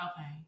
Okay